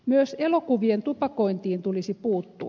myös elokuvien tupakointiin tulisi puuttua